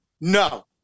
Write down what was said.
no